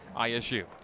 ISU